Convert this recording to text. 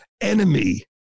enemy